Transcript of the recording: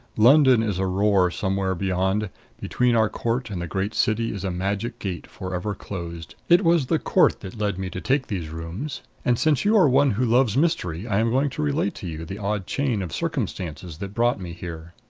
london is a roar somewhere beyond between our court and the great city is a magic gate, forever closed. it was the court that led me to take these rooms. and, since you are one who loves mystery, i am going to relate to you the odd chain of circumstances that brought me here.